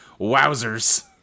wowzers